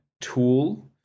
tool